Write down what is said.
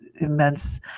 immense